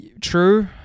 True